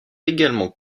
également